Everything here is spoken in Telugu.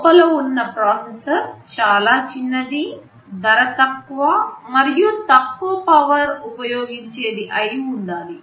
లోపల ఉన్న ప్రాసెసర్ చాలా చిన్నది ధర తక్కువ మరియు తక్కువ పవర్ ఉపయోగించేది అయి ఉండాలి